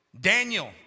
Daniel